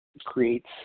creates